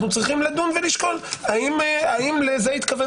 אנחנו צריכים לדון ולשקול האם לזה התכוון